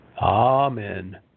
Amen